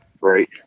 right